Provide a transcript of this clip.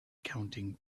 counting